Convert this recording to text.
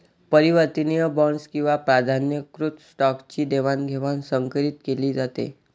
परिवर्तनीय बॉण्ड्स किंवा प्राधान्यकृत स्टॉकची देवाणघेवाण संकरीत केली जाते